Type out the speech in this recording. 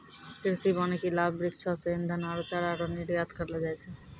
कृषि वानिकी लाभ वृक्षो से ईधन आरु चारा रो निर्यात करलो जाय छै